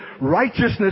righteousness